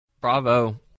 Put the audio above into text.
Bravo